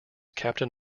captain